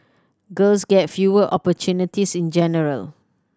girls get fewer opportunities in general